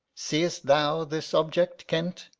seest thou this object, kent?